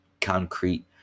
concrete